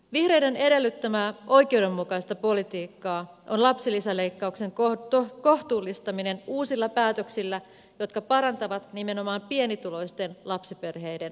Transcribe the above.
vihreiden edellyttämää oikeudenmukaista politiikkaa on lapsilisäleikkauksen kohtuullistaminen uusilla päätöksillä jotka parantavat nimenomaan pienituloisten lapsiperheiden asemaa